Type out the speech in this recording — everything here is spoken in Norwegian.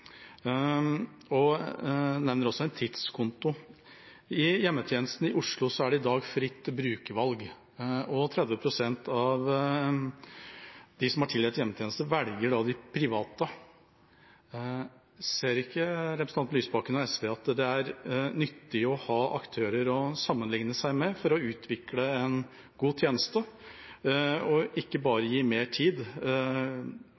De nevner også en tidskonto. I hjemmetjenesten i Oslo er det i dag fritt brukervalg, og 30 pst. av dem som er tildelt hjemmetjeneste, velger de private. Ser ikke representanten Lysbakken og SV at det er nyttig å ha aktører å sammenlikne seg med for å utvikle en god tjeneste, og ikke bare gi mer tid,